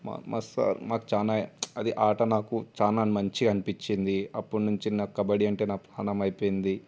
మా సార్ మాకు చాలా అదే ఆట నాకు చాలా మంచిగా అనిపించింది అప్పటి నుంచి నాకు కబడ్డీ అంటే నా ప్రాణం అయిపోయింది